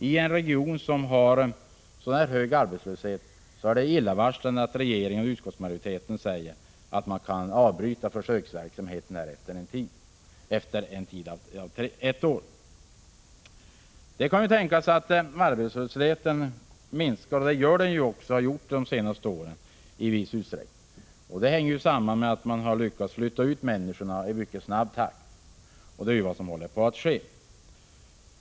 I en region som har så hög arbetslöshet som östra Norrbotten är det illavarslande att regeringen och utskottsmajoriteten säger att försöksverksamheten kan avbrytas efter en tid av ett år. Det kan tänkas att arbetslösheten minskar — det har den gjort i viss utsträckning under de senaste åren, och detta hänger samman med att man lyckats flytta ut människor i mycket snabb takt. Det är vad som håller på att ske.